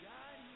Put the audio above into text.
God